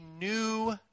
new